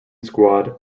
squad